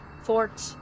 fort